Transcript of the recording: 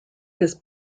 his